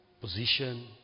position